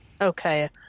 Okay